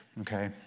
okay